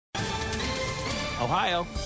Ohio